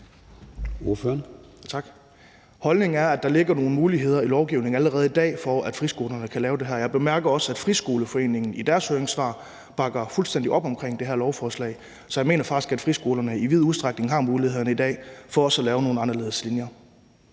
Holdningen er, at der ligger nogle muligheder i lovgivningen allerede i dag for, at friskolerne kan lave det her. Jeg bemærker også, at Friskoleforeningen i deres høringssvar bakker fuldstændig op om det her lovforslag. Så jeg mener faktisk, at friskolerne i vid udstrækning i dag har mulighederne for også at lave nogle anderledes linjer.